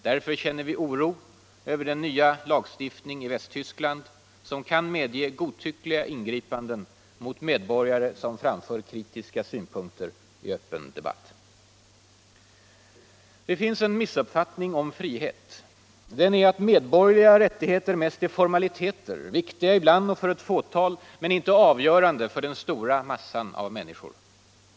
Därför känner vi oro över den nya lagstiftning i Västtyskland, som kan medge godtyckliga ingripanden mot medborgare som framför kritiska synpunkter i öppen debatt. Det finns en missuppfattning om frihet. Den är att medborgerliga rättigheter mest är formaliteter, viktiga ibland och för ett fåtal men inte avgörande för den stora massan av människor.